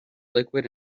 liquid